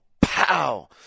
pow